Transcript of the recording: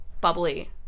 bubbly